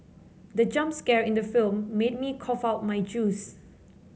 the jump scare in the film made me cough out my juice